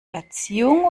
erziehung